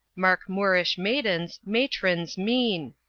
mark moorish maidens', matrons' mien,